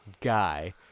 guy